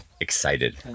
excited